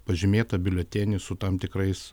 pažymėtą biuletenį su tam tikrais